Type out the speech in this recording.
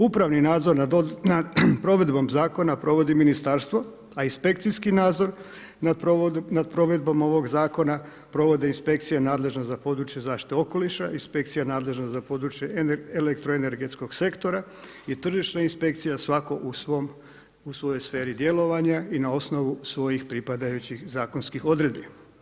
Upravni nadzor nad provedbom zakona, provodi ministarstvo, a inspekcijski nadzor nad provedbom ovog zakona provodi inspekcija nadležna za područje zaštite okoliša, inspekcija, nadležna za područje elektroenergetskog sektora i tržišna inspekcija svatko u svojoj sferi djelovanja i na osnovnu svojih pripadajućih zakonskih odredbi.